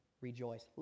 rejoice